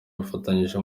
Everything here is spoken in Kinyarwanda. bifatanyije